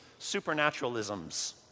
supernaturalisms